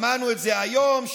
שמענו את זה היום,